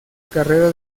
carrera